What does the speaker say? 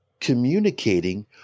communicating